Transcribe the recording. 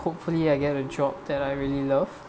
hopefully I get a job that I really love